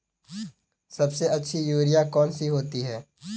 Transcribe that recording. सबसे अच्छी यूरिया कौन सी होती है?